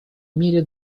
имели